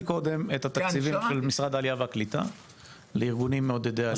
קודם את התקציבים של משרד העלייה והקליטה לארגונים מעודדי עלייה.